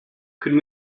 could